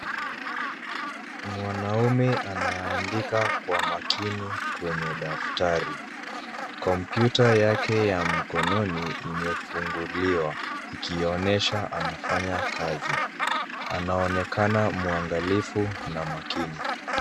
Mwanaume anaandika kwa makini kwenye daftari. Kompyuta yake ya mkononi imefunguliwa ikionyesha anafanya kazi. Anaonekana mwangalifu na makini.